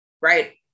right